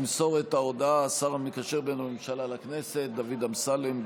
ימסור את ההודעה השר המקשר בין הממשלה לכנסת דוד אמסלם.